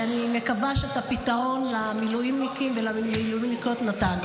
ואני מקווה שאת הפתרון למילואימניקים ולמילואימניקיות נתנו.